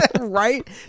Right